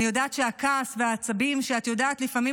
אני יודעת שהכעס והעצבים שאת יודעת לפעמים